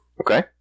Okay